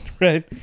Right